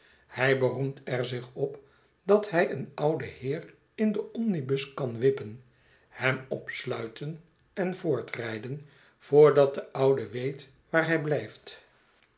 hij beroemt er zich op u dat hij een ouden heer in den omnibus kan wippen hem opsluiten en voortrijden voordat de oude weet waar hij blijft